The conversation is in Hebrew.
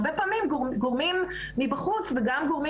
הרבה פעמים גורמים מבחוץ וגם גורמים